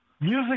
Music